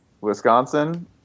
Wisconsin